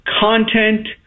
content